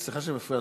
סליחה שאני מפריע.